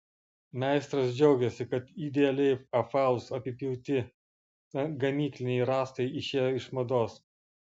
meistras džiaugiasi kad idealiai apvalūs apipjauti gamykliniai rąstai išėjo iš mados